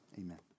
amen